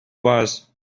was